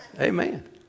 Amen